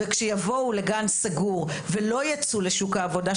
וכשיבואו לגן סגור ולא יצאו לשוק העבודה,